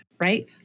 right